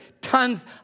tons